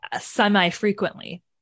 semi-frequently